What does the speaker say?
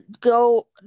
go